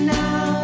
now